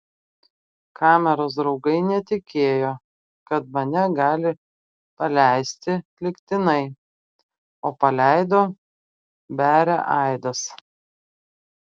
kameros draugai netikėjo kad mane gali paleisti lygtinai o paleido beria aidas